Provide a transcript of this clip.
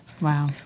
Wow